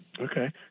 Okay